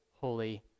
holy